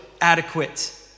adequate